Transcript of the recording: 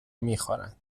میخورند